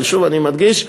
שוב, אני מדגיש,